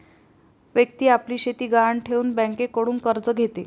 व्यक्ती आपली शेती गहाण ठेवून बँकेकडून कर्ज घेते